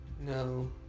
No